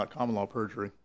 not common law perjury